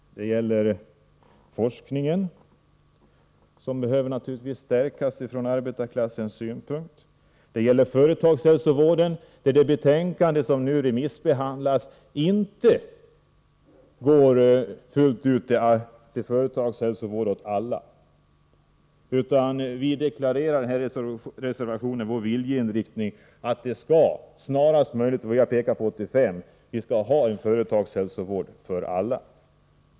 Det gäller forskningen, som naturligtvis behöver stärkas från arbetarklassens synpunkt. Det gäller företagshälsovården, där utskottet i det betänkande som nu behandlas inte föreslår företagshälsovård åt alla. Vi deklarerar i reservationen vår viljeinriktning, nämligen att man snarast — 1985 — skall ha genomfört företagshälsovård åt alla.